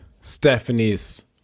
Stephanie's